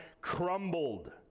crumbled